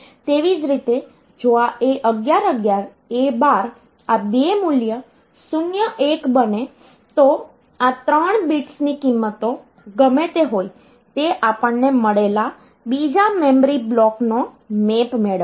તેવી જ રીતે જો આ A11 A12 આ બે મૂલ્યો 0 1 બને તો આ ત્રણ બિટ્સની કિંમતો ગમે તે હોય તે આપણને મળેલા બીજા મેમરી બ્લોકનો મેપ મેળવશે